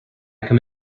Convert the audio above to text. come